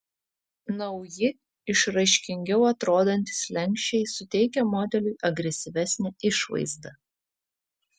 nauji išraiškingiau atrodantys slenksčiai suteikia modeliui agresyvesnę išvaizdą